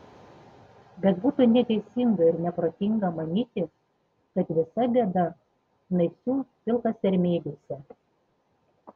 bet būtų neteisinga ir neprotinga manyti kad visa bėda naisių pilkasermėgiuose